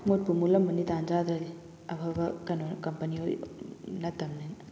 ꯃꯨꯠꯄꯨ ꯃꯨꯠꯂꯝꯃꯅꯤ ꯇꯥꯟ ꯆꯥꯗ꯭ꯔꯗꯤ ꯑꯐꯕ ꯀꯩꯅꯣ ꯀꯝꯄꯅꯤ ꯅꯠꯇꯕꯅꯤꯅ